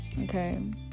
Okay